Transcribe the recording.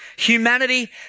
Humanity